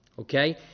Okay